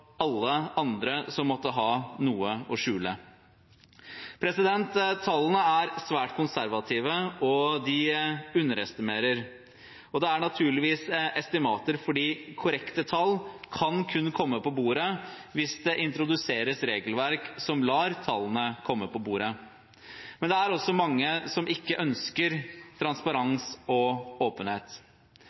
alle andre som måtte ha noe å skjule. Tallene er svært konservative, og de underestimerer. Det er naturligvis estimater, for korrekte tall kan kun komme på bordet hvis det introduseres regelverk som lar tallene komme på bordet. Men det er også mange som ikke ønsker transparens og åpenhet.